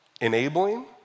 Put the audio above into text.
Enabling